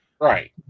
right